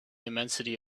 immensity